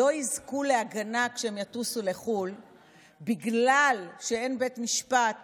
לא יזכו להגנה כשהם יטוסו לחו"ל בגלל שאין בית משפט